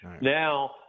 Now